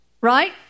Right